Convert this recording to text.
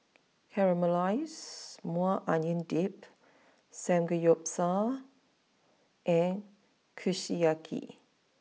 Caramelized Maui Onion Dip Samgeyopsal and Kushiyaki